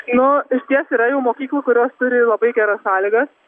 nu iš ties yra jau mokyklų kurios turi labai geras sąlygas